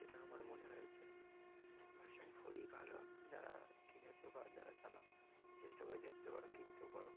সেটা আমার মনে হয়েছে ভার্সন ফোরই ভালো যারা কিনেছ বা যারা চালাও চেষ্টা করে দেখতে পারো কিনতেও পারো